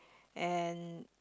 and